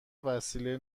وسیله